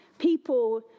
People